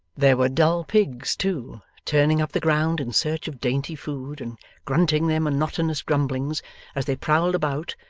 there were dull pigs too, turning up the ground in search of dainty food, and grunting their monotonous grumblings as they prowled about,